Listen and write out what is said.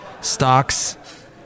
stocks